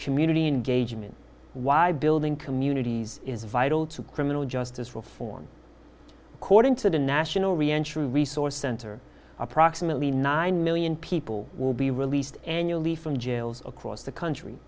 community engagement why building communities is vital to criminal justice reform according to the national reinsurer resource center approximately nine million people will be released annually from jails across the country